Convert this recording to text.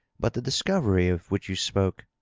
but the discovery of which you spoke?